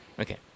Okay